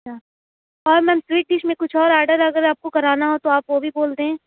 اچھا اور ma'am sweet dish میں کچھ اور آڈر اگر آپ کو کرانا ہو تو آپ وہ بھی بول دیں